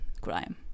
crime